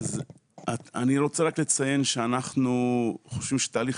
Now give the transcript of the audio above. אז אני רוצה רק לציין שאנחנו חושבים שתהליך